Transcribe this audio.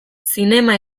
zinema